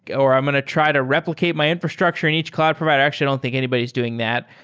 or i'm going to try to replicate my infrastructure in each cloud provider. actually, i don't think anybody is doing that.